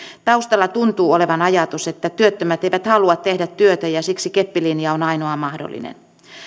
taustalla tuntuu olevan ajatus että työttömät eivät halua tehdä työtä ja siksi keppilinja on ainoa mahdollinen